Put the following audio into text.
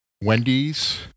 Wendy's